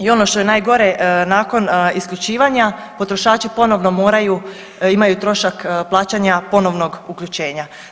I ono što je najgore nakon isključivanja potrošači ponovno moraju, imaju trošak plaćanja ponovnog uključenja.